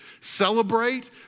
Celebrate